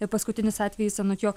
ir paskutinis atvejis anot jo